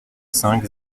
cinq